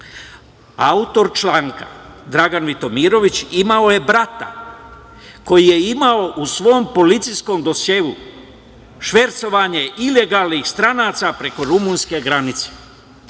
članka Dragan Vitomirović imao je brata koji je imao u svom policijskom dosijeu švercovanje ilegalnih stranaka preko rumunske granice.